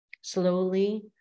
Slowly